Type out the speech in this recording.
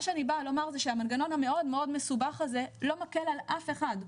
מה שאני בא לומר זה שהמנגנון המאוד מאוד מסובך הזה לא מקל על אף אחד.